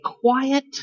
quiet